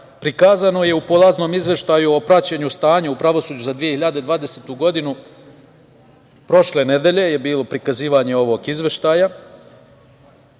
prikazano je u polaznom Izveštaju o praćenju stanja u pravosuđu za 2020. godinu. Prošle nedelje je bilo prikazivanje ovog Izveštaja,